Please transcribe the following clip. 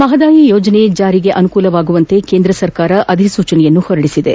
ಮಹದಾಯಿ ಯೋಜನೆ ಜಾರಿಗೊಳಿಸಲು ಅನುಕೂಲವಾಗುವಂತೆ ಕೇಂದ್ರ ಸರ್ಕಾರ ಅಧಿಸೂಚನೆ ಹೊರಡಿಸಿದೆ